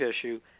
issue